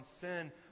sin